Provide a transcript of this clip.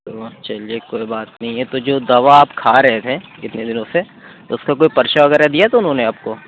تو آپ چلیے کوئی بات نہیں ہے تو جو دوا آپ کھا رہیں تھے اتنے دنوں سے تو اُس کا کوئی پرچہ وغیرہ دیا تھا اُنہوں نے آپ کو